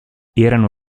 erano